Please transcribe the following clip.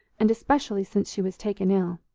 and especially since she was taken ill.